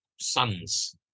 sons